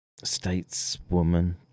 stateswoman